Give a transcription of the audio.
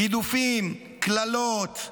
גידופים, קללות,